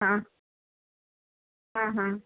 हाँ हाँ हाँ